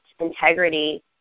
integrity